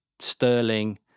Sterling